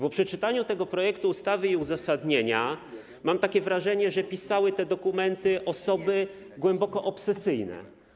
Po przeczytaniu tego projektu ustawy i uzasadnienia mam wrażenie, że pisały te dokumenty osoby głęboko obsesyjne.